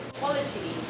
quality